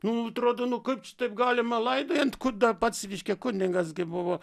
nu atrodo nu kaip čia taip galima laidojant kur dar pats reiškia kunigas gi buvo